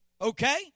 okay